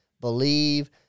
believe